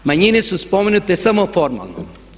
Manjine su spomenute samo formalno.